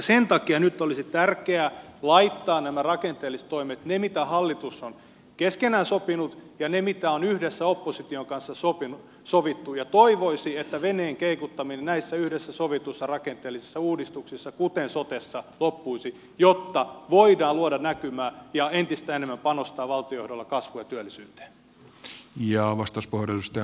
sen takia nyt olisi tärkeää laittaa nämä rakenteelliset toimet ne mitä hallitus on keskenään sopinut ja ne mitä on yhdessä opposition kanssa sovittu ja toivoisi että veneen keikuttaminen näissä yhdessä sovituissa rakenteellisissa uudistuksissa kuten sotessa loppuisi jotta voidaan luoda näkymää ja entistä enemmän panostaa valtion johdolla kasvuun ja työllisyyteen